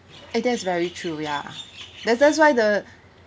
it is very true ya that's that's why the